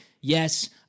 Yes